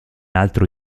altro